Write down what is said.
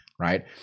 right